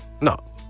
No